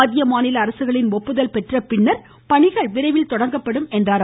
மத்திய மாநில அரசுகளின் ஒப்புதல் பெற்று பணிகள் விரைவில் தொடங்கப்படும் என்றார்